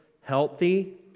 healthy